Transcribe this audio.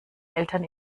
eltern